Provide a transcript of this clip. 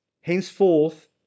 Henceforth